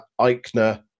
Eichner